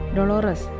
Dolores